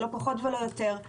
לא פחות ולא יותר,